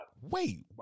Wait